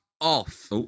off